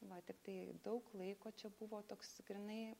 va tiktai daug laiko čia buvo toks grynai